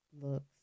looks